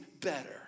better